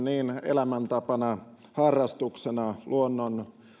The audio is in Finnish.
elämäntapana harrastuksena luonnon